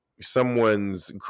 someone's